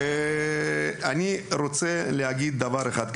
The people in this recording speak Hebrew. ואני רוצה להגיד דבר אחד כזה,